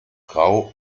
grau